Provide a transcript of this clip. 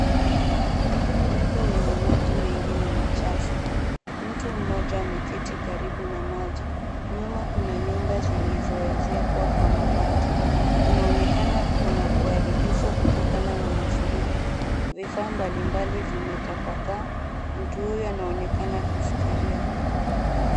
Mto wenye maji mengi na machafu. Mtu mmoja ameketi karibu na maji, nyuma kuna nyumba zilizo ezekwa kwa mabati. Inaonekana kuna uharibifu kutokana na mafuriko. Vifaa mbalimbali vimetapakaa. Mtu huyu anaonekana kufikiria.